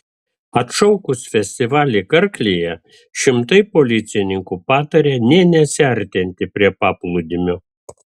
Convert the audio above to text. atšaukus festivalį karklėje šimtai policininkų pataria nė nesiartinti prie paplūdimio